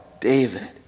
David